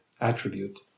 attribute